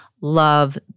love